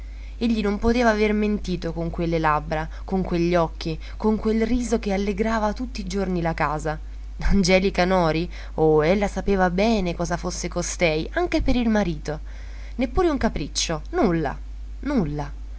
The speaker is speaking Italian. egli non poteva aver mentito con quelle labbra con quegli occhi con quel riso che allegrava tutti i giorni la casa angelica nori oh ella sapeva bene che cosa fosse costei anche per il marito neppure un capriccio nulla nulla